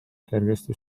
kergesti